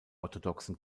orthodoxen